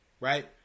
right